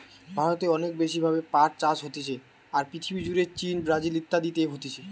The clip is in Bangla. ভারতে অনেক বেশি ভাবে পাট চাষ হতিছে, আর পৃথিবী জুড়ে চীন, ব্রাজিল ইত্যাদিতে হতিছে